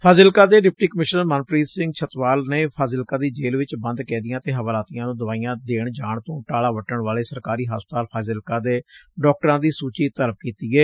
ਫਾਜ਼ਿਲਕਾ ਦੇ deputy commissioner Manpreet Singh Chhatwal ਨੇ ਫ਼ਾਜ਼ਿਲਕਾ ਦੀ ਜੇਲ ਚ ਬੰਦ ਕੈਦੀਆਂ ਅਤੇ ਹਵਾਲਾਤੀਆਂ ਨੂੰ ਦਵਾਈਆਂ ਦੇਣ ਜਾਣ ਤੋਂ ਟਾਲਾ ਵੱਟਣ ਵਾਲੇ ਸਰਕਾਰੀ ਹਸਪਤਾਲ ਫ਼ਾਜਿਲਕਾ ਦੇ ਡਾਕਟਰਾਂ ਦੀ ਸੁਚੀ ਤਲਬ ਕੀਤੀ ਏ